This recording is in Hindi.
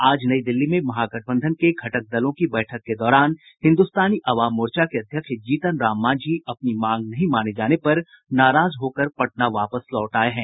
आज नई दिल्ली में महागठबंधन के घटक दलों की बैठक के दौरान हिन्दुस्तानी अवाम मोर्चा के अध्यक्ष जीतन राम मांझी अपनी मांग नहीं माने जाने पर नाराज होकर पटना वापस लौट आये हैं